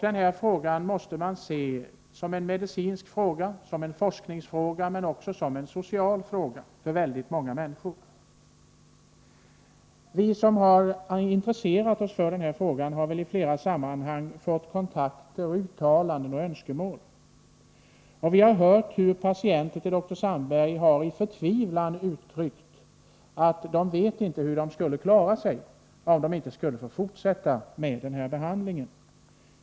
Det här måste ses som en medicinsk fråga, som en forskningsfråga, men också som en Om lagliga möjligsocial fråga, som gäller väldigt många människor. heter att tillverka Vi som har intresserat oss för den här frågan har i flera sammanhang fått THX kontakter och fått ta del av uttalanden och önskemål. Man har hört patienter hos dr Sandberg som i förtvivlan sagt sig inte veta hur de skulle kunna klara sig, om de inte även i fortsättningen får behandling.